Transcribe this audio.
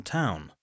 town